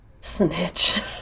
Snitch